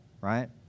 Right